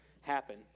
happen